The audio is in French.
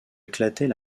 éclatait